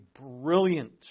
brilliant